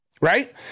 right